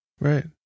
Right